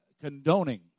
condoning